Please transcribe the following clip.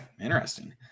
Interesting